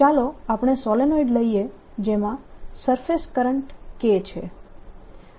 ચાલો આપણે સોલેનોઈડ લઈએ જેમાં સરફેસ કરંટ K છે